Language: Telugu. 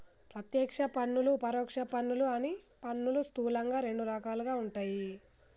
ప్రత్యక్ష పన్నులు, పరోక్ష పన్నులు అని పన్నులు స్థూలంగా రెండు రకాలుగా ఉంటయ్